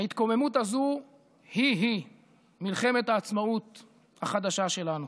ההתקוממות הזו היא מלחמת העצמאות החדשה שלנו.